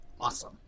awesome